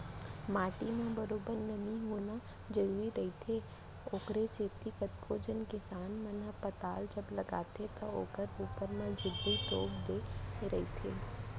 माटी म बरोबर नमी होना जरुरी रहिथे, ओखरे सेती कतको झन किसान मन ह पताल जब लगाथे त ओखर ऊपर म झिल्ली तोप देय रहिथे